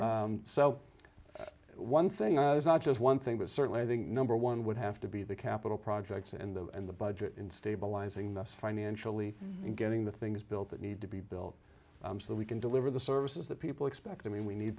so one thing i was not just one thing but certainly i think number one would have to be the capital projects in the in the budget in stabilizing the us financially and getting the things built that need to be built so we can deliver the services that people expect i mean we need